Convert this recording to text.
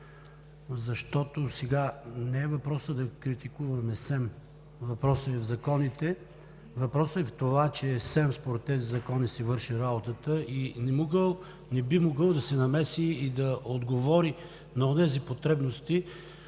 защото не е въпросът да критикуваме СЕМ, въпросът е в законите, въпросът е в това, че СЕМ според тези закони си върши работата и не би могъл да се намеси и да отговори на онези потребности